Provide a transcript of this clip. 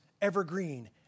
evergreen